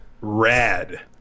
Rad